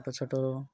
ଛୋଟ ଛୋଟ